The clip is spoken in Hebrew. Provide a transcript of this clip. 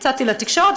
יצאתי לתקשורת,